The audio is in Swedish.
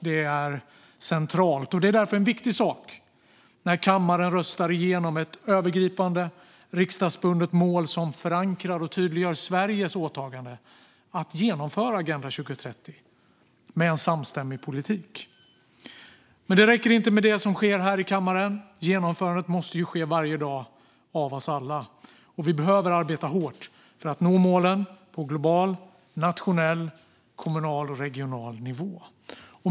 Det är därför en viktig sak när kammaren röstar igenom ett övergripande riksdagsbundet mål som förankrar och tydliggör Sveriges åtagande att genomföra Agenda 2030 med en samstämmig politik. Men det räcker inte med det som sker här i kammaren. Genomförandet måste ske varje dag, av oss alla. Vi behöver arbeta hårt för att nå målen på global, nationell, regional och kommunal nivå.